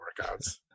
workouts